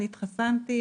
אני התחסנתי,